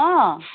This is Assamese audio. অঁ